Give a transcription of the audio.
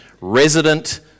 resident